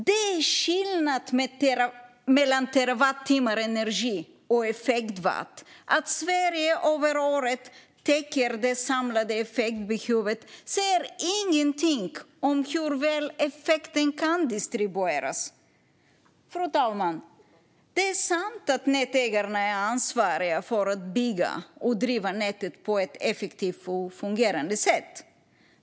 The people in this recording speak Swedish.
Det är skillnad mellan energi räknat i terawattimmar och effekt räknat i watt. Att Sverige över året täcker det samlade effektbehovet säger ingenting om hur väl effekten kan distribueras. Fru talman! Det är sant att nätägarna är ansvariga för att bygga och driva nätet på ett effektivt och fungerande sätt.